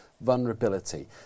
vulnerability